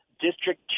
district